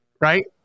Right